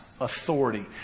authority